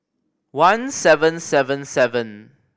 one seven seven seven